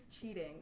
cheating